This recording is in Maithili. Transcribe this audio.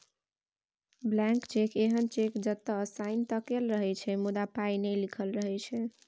ब्लैंक चैक एहन चैक जतय साइन तए कएल रहय मुदा पाइ नहि लिखल रहै छै